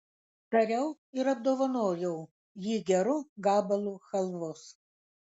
tariau ir apdovanojau jį geru gabalu chalvos